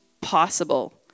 possible